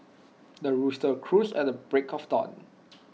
the rooster crows at the break of dawn